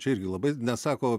čia irgi labai nesako